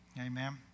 Amen